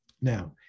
Now